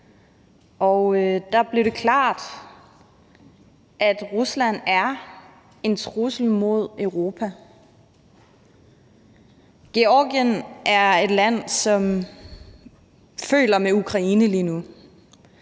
og der blev det klart, at Rusland er en trussel mod Europa. Georgien er et land, som føler med Ukraine lige nu.